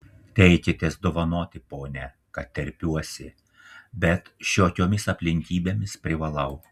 teikitės dovanoti pone kad terpiuosi bet šiokiomis aplinkybėmis privalau